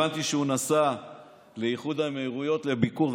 הבנתי שהוא נסע לאיחוד האמירויות לביקור.